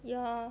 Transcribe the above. ya